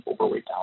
overweight